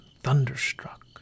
thunderstruck